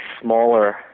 smaller